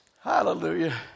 Hallelujah